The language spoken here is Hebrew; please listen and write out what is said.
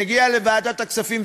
מגיע לוועדת הכספים,